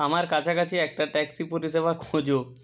আমার কাছাকাছি একটা ট্যাক্সি পরিষেবা খোঁজো